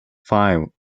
five